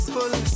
full